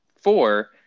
four